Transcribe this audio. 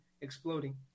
exploding